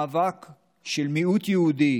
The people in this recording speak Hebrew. מאבק של מיעוט יהודי